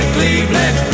Cleveland